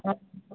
हँ